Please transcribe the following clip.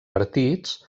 partits